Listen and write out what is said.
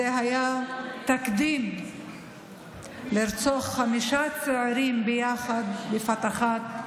זה היה תקדים לרצוח חמישה צעירים ביחד, בבת אחת,